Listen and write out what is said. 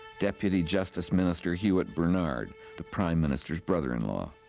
deputy justice minister hewitt bernard the prime minister's brother-in-law.